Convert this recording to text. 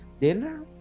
dinner